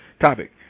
topic